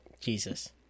Jesus